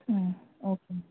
ఆ ఓకే